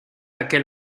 aquel